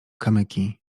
kamyki